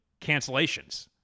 cancellations